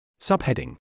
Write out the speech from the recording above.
Subheading